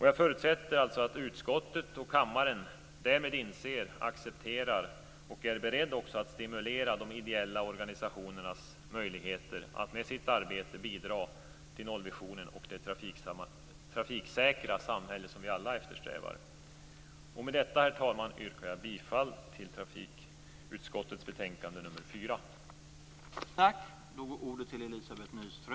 Jag förutsätter att utskottet och kammaren därmed inser och accepterar betydelsen av och också är beredd att stimulera de ideella organisationernas möjligheter att med sitt arbete bidra till nollvisionen och det trafiksäkra samhälle som vi alla eftersträvar. Med detta, herr talman, yrkar jag bifall till utskottets hemställan i trafikutskottets betänkande nr 4.